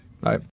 Bye